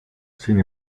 sin